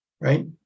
Right